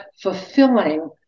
fulfilling